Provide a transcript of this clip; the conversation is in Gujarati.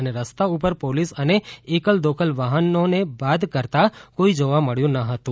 અને રસ્તા ઉપર પોલીસ અને એકલ દોકલ વાહનનો બાદ કરતાં કોઈ જોવા મબ્યું નહોતું